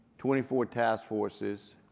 twenty four tasks forces,